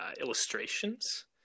illustrations